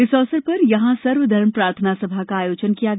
इस अवसर पर यहां सर्वधर्म प्रार्थना सभा का आयोजन किया गया